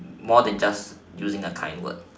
more than just using the kind word